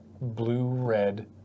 blue-red